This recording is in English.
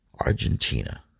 Argentina